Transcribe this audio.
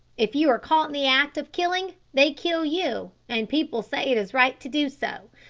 if you are caught in the act of killing they kill you, and people say it is right to do so.